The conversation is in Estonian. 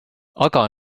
aga